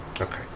Okay